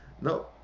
No